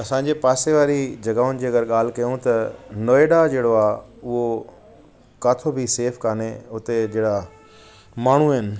असांजे पासे वारी जॻहाउनि जी अगरि ॻाल्हि कयूं त नोएडा जहिड़ो आहे उहो काथो बि सेफ कोन्हे उते जेड़ा माण्हू आहिनि